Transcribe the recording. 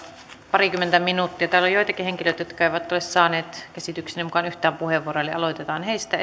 parikymmentä minuuttia täällä on joitakin henkilöitä jotka eivät ole saaneet käsitykseni mukaan yhtään puheenvuoroa eli aloitetaan heistä